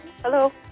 Hello